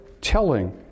telling